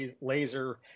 laser